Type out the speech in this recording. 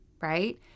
right